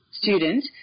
student